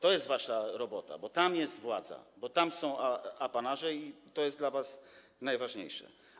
To jest wasza robota, bo tam jest władza, bo tam są apanaże, i to jest dla was najważniejsze.